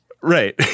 Right